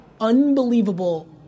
unbelievable